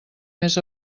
més